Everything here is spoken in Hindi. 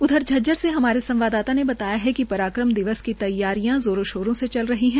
उधर झज्जर से हमारे संवाददाता ने बताया कि पराक्रम दिवस की तैयारियां जोरों शोरों ये चल रही है